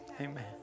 Amen